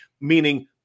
meaning